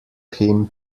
him